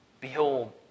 Behold